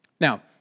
Now